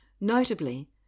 Notably